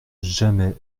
jamais